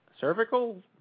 cervical